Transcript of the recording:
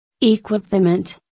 Equipment